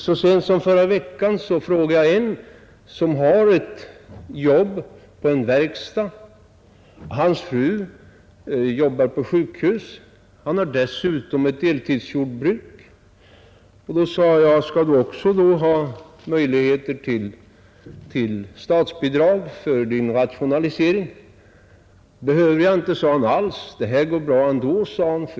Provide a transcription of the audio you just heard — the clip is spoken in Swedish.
Så sent som i förra veckan talade jag med en man som har ett jobb på en verkstad. Hans fru arbetar på sjukhus. Han har dessutom ett deltidsjordbruk. Jag frågade honom: Tycker du att du skall ha möjligheter att få statsbidrag för rationalisering av ditt jordbruk? Nej, det behöver jag inte alls, sade han, det här går bra ändå.